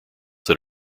that